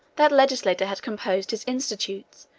that legislator had composed his institutes,